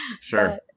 Sure